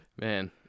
Man